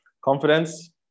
Confidence